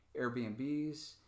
Airbnbs